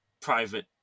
private